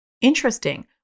Interesting